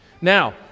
Now